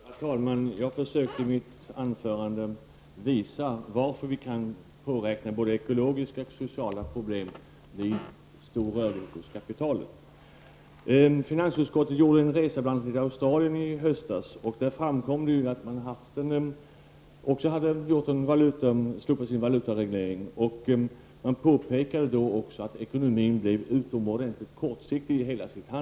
Herr talman! Jag försökte i mitt anförande visa varför vi kan påräkna både ekologiska och sociala problem vid stor rörlighet hos kapitalet. Finansutskottet gjorde en resa till bl.a. Australien i höstas. Det framkom att man även där hade slopat sin valutareglering. Man påpekade att det ekonomiska handlandet blev utomordentligt kortsiktigt.